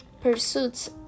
pursuits